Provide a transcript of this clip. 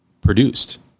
produced